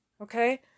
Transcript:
Okay